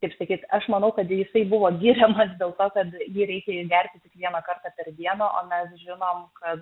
taip sakyti aš manau kad jisai buvo giriamas dėl to kad jį reikia gerti tik vieną kartą per dieną o mes žinom kad